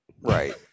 Right